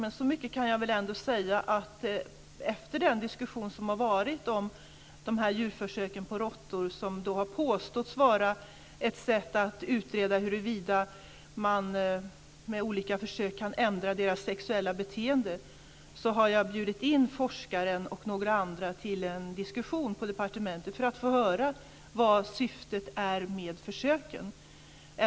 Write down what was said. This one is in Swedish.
Men jag kan säga så mycket att efter den diskussion som har varit om de här djurförsöken på råttor, som har påståtts vara ett sätt att utreda huruvida man med olika försök kan ändra deras sexuella beteende, har jag bjudit in forskaren och några andra till en diskussion på departementet för att få höra vad syftet med försöken är.